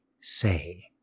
say